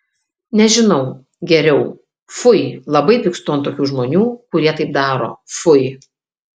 nežinau geriau fui labai pykstu ant tokių žmonių kurie taip daro fui